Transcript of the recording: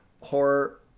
horror